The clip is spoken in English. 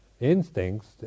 Instincts